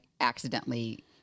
accidentally